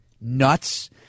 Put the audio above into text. nuts